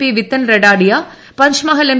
P Vitthal Radadiya Panchmahal M